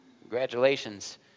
Congratulations